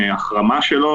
החרמה שלו,